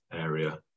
area